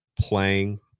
playing